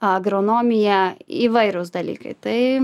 agronomija įvairūs dalykai tai